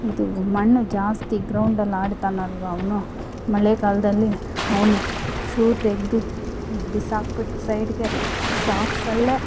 ಇದು ಮಣ್ಣು ಜಾಸ್ತಿ ಗ್ರೌಂಡಲ್ಲಿ ಆಡ್ತಾನಲ್ವ ಅವನು ಮಳೆಗಾಲದಲ್ಲಿ ಅವನು ಶೂ ತೆಗೆದು ಬಿಸಾಕಿಬಿಟ್ಟು ಸೈಡ್ಗೆ ಸಾಕ್ಸಲ್ಲೆ